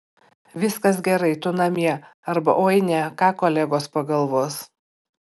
viskas gerai tu namie arba oi ne ką kolegos pagalvos